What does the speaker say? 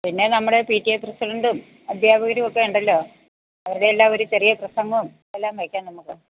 പിന്നെ നമ്മുടെ P T A പ്രസിഡൻറ്റും അധ്യാപകരും ഒക്കെ ഉണ്ടല്ലോ അവരുടെ എല്ലാം ഒരു ചെറിയ പ്രസംഗവും എല്ലാം വയ്ക്കാം നമുക്ക്